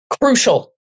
crucial